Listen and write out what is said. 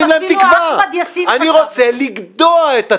אפילו אחמד יאסין --- אני רוצה לגדוע את התקווה.